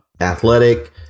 athletic